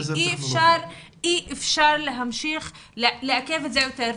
אי אפשר להמשיך לעכב את זה יותר.